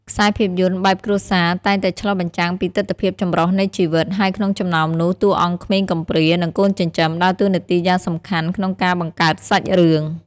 ខ្សែភាពយន្តបែបគ្រួសារតែងតែឆ្លុះបញ្ចាំងពីទិដ្ឋភាពចម្រុះនៃជីវិត ហើយក្នុងចំណោមនោះ តួអង្គក្មេងកំព្រា និងកូនចិញ្ចឹមដើរតួនាទីយ៉ាងសំខាន់ក្នុងការបង្កើតសាច់រឿង។